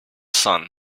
sun